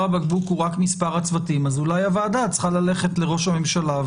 צריך להגיד שהגענו בפיק מסוים.